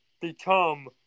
become